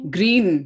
Green